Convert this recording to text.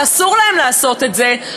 שאסור להם לעשות את זה,